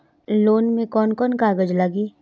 Loan में कौन कौन कागज लागी?